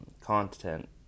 content